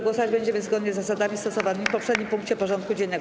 Głosować będziemy zgodnie z zasadami stosowanymi w poprzednim punkcie porządku dziennego.